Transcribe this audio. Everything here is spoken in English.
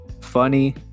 funny